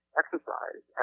exercise